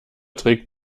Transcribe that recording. trägt